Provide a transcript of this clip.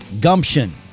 gumption